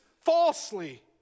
falsely